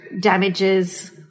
damages